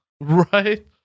Right